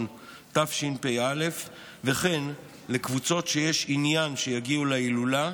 תשפ"א וכן לקבוצות שיש עניין שיגיעו להילולה,